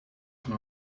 van